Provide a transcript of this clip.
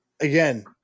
again